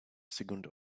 second